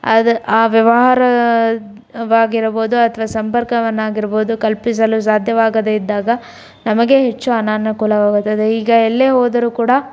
ಅದು ಆ ವ್ಯವಹಾರವಾಗಿರಬೋದು ಅಥವಾ ಸಂಪರ್ಕವನ್ನಾಗಿರಬೋದು ಕಲ್ಪಿಸಲು ಸಾಧ್ಯವಾಗದೇ ಇದ್ದಾಗ ನಮಗೆ ಹೆಚ್ಚು ಅನಾನುಕೂಲವಾಗುತ್ತದೆ ಈಗ ಎಲ್ಲೇ ಹೋದರು ಕೂಡ